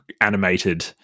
animated